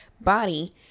body